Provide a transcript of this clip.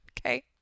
Okay